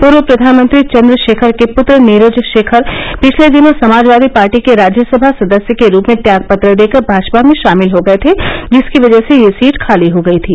पूर्व प्रघानमंत्री चन्द्रशेखर के पुत्र नीरज शेखर पिछले दिनों समाजवादी पार्टी के राज्यसभा सदस्य के रूप में त्यागपत्र देकर भाजपा में शामिल हो गये थे जिसकी वजह से यह सीट खाली हो गई थी